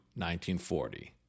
1940